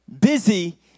Busy